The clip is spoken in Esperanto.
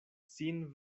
sin